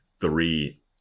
three